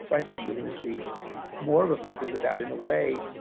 i think you're going to see more of a focus of that. in a way,